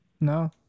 No